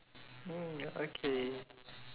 mm ya okay